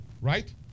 right